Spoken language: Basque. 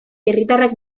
herritarrak